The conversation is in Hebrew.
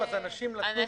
איתן,